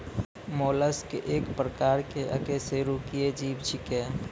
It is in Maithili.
मोलस्क एक प्रकार के अकेशेरुकीय जीव छेकै